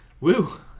Woo